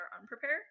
unprepared